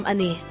Ani